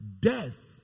death